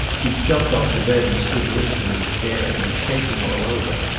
he jumped off the bed and stood listening and staring, and shaking all over.